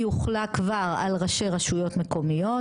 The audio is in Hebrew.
היא הוחלה כבר על ראשי רשויות מקומיות,